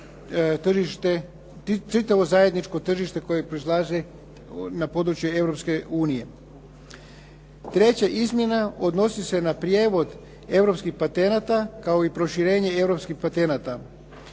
čitavo zajedničko tržište kojeg proizlaze na području Europske unije. Treća izmjena odnosi se na prijevod europskih patenata kao i proširenje europskih patenata.